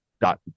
dot